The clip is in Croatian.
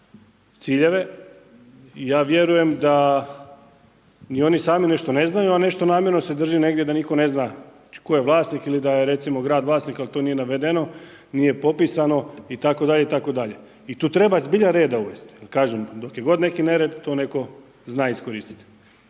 ciljeve, ja vjerujem da ni oni sami nešto ne znaju, a nešto namjerno se drži negdje da nitko ne zna tko je vlasnik ili da je recimo grad vlasnik, ali to nije navedeno, nije popisano itd., itd. I tu treba zbilja reda uvesti. Jer kažem, dok je god neki nered, to netko zna iskoristiti.